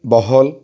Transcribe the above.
বহল